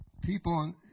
people